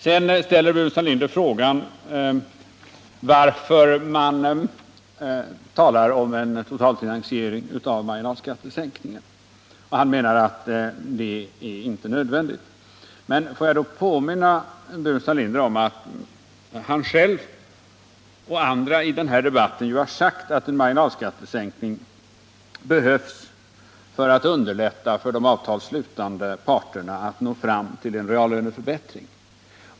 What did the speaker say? Sedan frågar Staffan Burenstam Linder varför man talar om en totalfinansiering av marginalskattesänkningen, och han menar att det inte är nödvändigt. Får jag då påminna Staffan Burenstam Linder om att han själv och andra i den här debatten ju har sagt att en marginalskattesänkning behövs för att underlätta för de avtalsslutande parterna att nå fram till en reallöneförbättring.